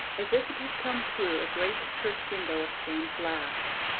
as if it had come through a great church window of stained glass.